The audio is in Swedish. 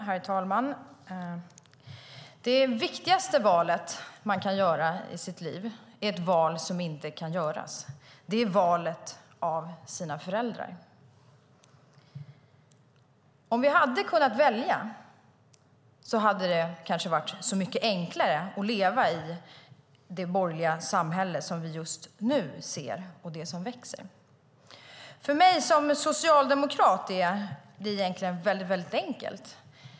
Herr talman! Det viktigaste valet man kan göra i sitt liv är ett val som inte kan göras. Det är valet av sina föräldrar. Om vi hade kunnat välja hade det kanske varit mycket enklare att leva i det borgerliga samhälle som vi just nu ser och som växer. För mig som socialdemokrat är det egentligen väldigt enkelt.